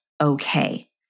okay